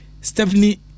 Stephanie